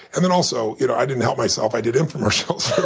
and then also, you know i didn't help myself. i did infomercials for